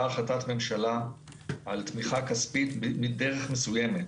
החלטת ממשלה על תמיכה כספית בדרך מסוימת,